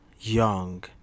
young